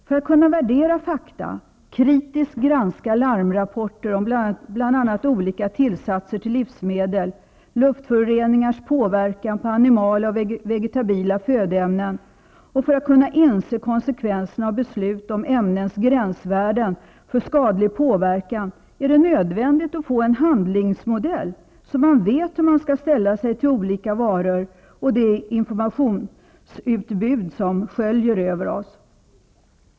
För att kunna värdera fakta, kritiskt granska larmrapporter om bl.a. olika tillsatser till livsmedel, luftföroreningars påverkan på animala och vegetabila födoämnen, och för att kunna inse konsekvenserna av beslut om ämnens gränsvärden för skadlig påverkan, är det nödvändigt att få en handlingsmodell -- så att man vet hur man skall ställa sig till olika varor och det informationsutbud som sköljer över oss.